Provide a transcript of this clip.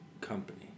company